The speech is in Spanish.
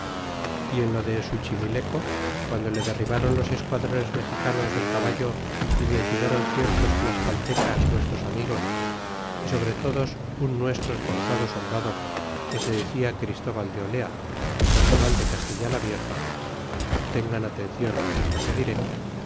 y en lo de suchimileco guando le derribáron los esqoadrones mexicanos del caballo y le ayuditron ciertos tlascaltecas nuestros amigos y sobre todos un nuestro esforzado soldado que se decia christóbal de olea natural de castilla la vieja tengan atencion á esto que diré